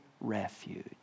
refuge